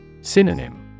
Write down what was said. Synonym